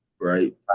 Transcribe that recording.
right